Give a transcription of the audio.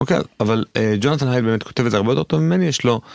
אוקיי, אבל ג'ונתן הייד באמת כותב את זה הרבה יותר טוב ממני, יש לו...